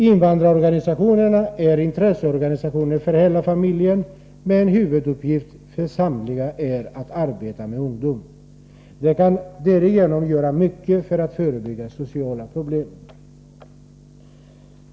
Invandrarorganisationerna är intresseorganisationer för hela familjen, men samtliga invandrarorganisationers främsta uppgift är att arbeta med ungdom. De kan därigenom göra mycket för att förebygga sociala problem.